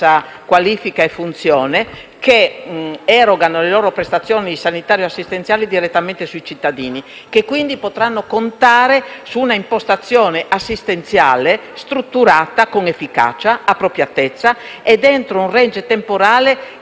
qualifica e funzione, che erogano le loro prestazioni sanitarie assistenziali direttamente ai cittadini), che potranno contare su un'impostazione assistenziale strutturata con efficacia e appropriatezza ed entro un *range* temporale